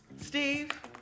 Steve